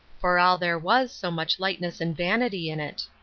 for all there was so much lightness and vanity in it.